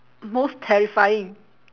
most terrifying